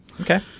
Okay